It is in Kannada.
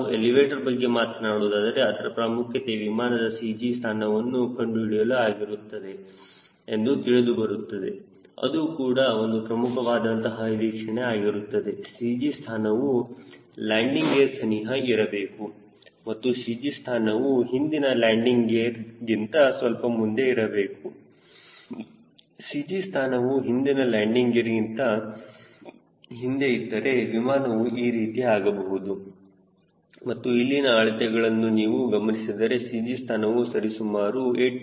ನಾವು ಎಲಿವೇಟರ್ ಬಗ್ಗೆ ಮಾತನಾಡುವುದರಿಂದ ಅದರ ಪ್ರಾಮುಖ್ಯತೆಯು ವಿಮಾನದ CG ಸ್ಥಾನವನ್ನು ಕಂಡುಹಿಡಿಯಲು ಸಹಾಯವಾಗುತ್ತದೆ ಎಂದು ತಿಳಿದುಬರುತ್ತದೆ ಅದು ಕೂಡ ಒಂದು ಪ್ರಮುಖವಾದಂತಹ ವೀಕ್ಷಣೆ ಆಗಿರುತ್ತದೆ CG ಸ್ಥಾನವು ಲ್ಯಾಂಡಿಂಗ್ ಗೇರ್ ಸನಿಹ ಇರಬೇಕು ಮತ್ತು CG ಸ್ಥಾನವು ಹಿಂದಿನ ಲ್ಯಾಂಡಿಂಗ್ ಗೇರ್ ಗಿಂತ ಸ್ವಲ್ಪ ಮುಂದೆ ಇರಬೇಕು CG ಸ್ಥಾನವು ಹಿಂದಿನ ಲ್ಯಾಂಡಿಂಗ್ ಗೇರ್ ಗಿಂತ ಹಿಂದೆ ಇದ್ದರೆ ವಿಮಾನವು ಈ ರೀತಿ ಆಗಬಹುದು ಮತ್ತು ಇಲ್ಲಿನ ಅಳತೆಗಳನ್ನು ನೀವು ಗಮನಿಸಿದರೆ CG ಸ್ಥಾನವು ಸರಿಸುಮಾರು 8